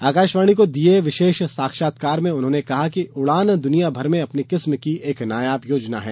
आकाशवाणी को दिये विशेष साक्षात्कार में उन्होंने कहा कि उड़ान दुनियाभर में अपनी किस्म की एक नायाब योजना है